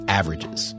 averages –